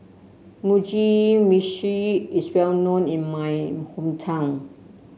Mugi Meshi is well known in my hometown